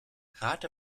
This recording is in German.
rate